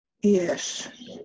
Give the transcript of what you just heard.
Yes